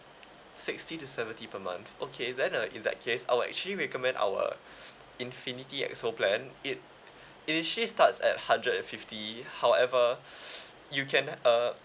sixty to seventy per month okay then uh in that case I will actually recommend our infinity X O plan it it actually starts at hundred and fifty however you can uh